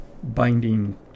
binding